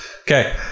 Okay